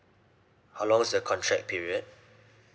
how long is the contract period